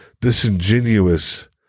disingenuous